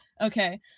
okay